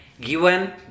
given